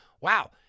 wow